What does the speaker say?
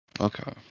Okay